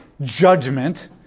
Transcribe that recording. judgment